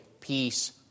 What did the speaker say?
peace